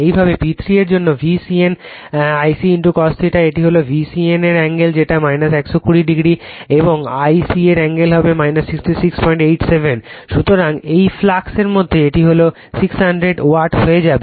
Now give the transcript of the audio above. একইভাবে P3 এর জন্য VCN I c cos θ এটি হল VCN এর অ্যাঙ্গেল যেটা 120 এবং I c এর অ্যাঙ্গেল হবে 6687 । সুতরাং এই ফ্লাক্স এর মধ্যে এটি 600 ওয়াট হয়ে যাবে